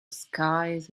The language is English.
skies